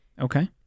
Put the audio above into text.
Okay